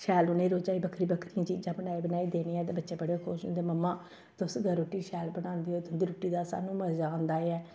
शैल उ'नेंगी रोजा दी बक्खरी बक्खरियां चीजां बनाई बनाई देनियां ते बच्चे बड़े खुश होंदे मम्मा तुस गै रुट्टी शैल बनांदे ओ तुं'दी रुट्टी दा सानूं मजा औंदा ऐ